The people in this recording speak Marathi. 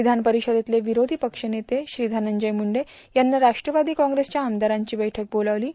विधान परिषदेतले विरोधी पक्षनेते श्री धनंजय मुंडे यांनी राष्ट्रवादी काँग्रेसच्या आमदारांची बैठक बोलावली आहे